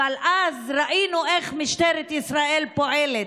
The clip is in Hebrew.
אבל אז ראינו איך משטרת ישראל פועלת,